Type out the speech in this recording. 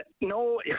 no